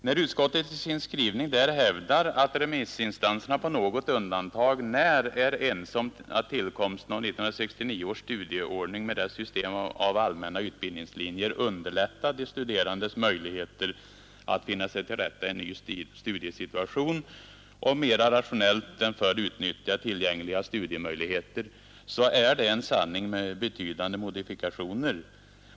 När utskottet i sin skrivning hävdar att remissinstanserna ”på något undantag när” är ”ense om att tillkomsten av 1969 års studieordning med dess system av allmänna utbildningslinjer underlättat de studerandes möjligheter att finna sig till rätta i en ny studiesituation och att på ett mera rationellt sätt än förr utnyttja tillgängliga studiemöjligheter” är det en sanning med betydande modifikationer.